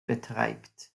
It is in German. betreibt